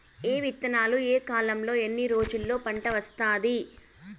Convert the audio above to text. ఏ విత్తనాలు ఏ కాలంలో ఎన్ని రోజుల్లో పంట వస్తాది?